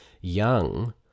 young